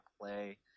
play